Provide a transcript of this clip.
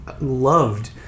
loved